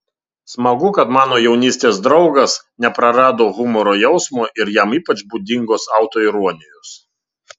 smagu kad mano jaunystės draugas neprarado humoro jausmo ir jam ypač būdingos autoironijos